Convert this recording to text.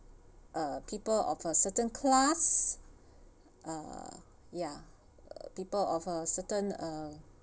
uh people of a certain class uh ya people of a certain uh